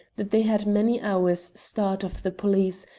that they had many hours' start of the police,